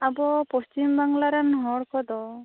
ᱟᱵᱚ ᱯᱚᱥᱪᱤᱢ ᱵᱟᱝᱞᱟ ᱨᱮᱱ ᱦᱚᱲ ᱠᱚᱫᱚ